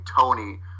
Tony